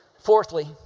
fourthly